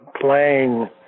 playing